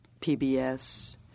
PBS